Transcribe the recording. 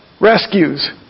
rescues